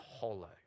hollow